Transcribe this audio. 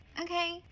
Okay